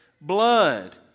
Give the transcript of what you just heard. blood